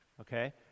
okay